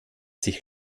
sich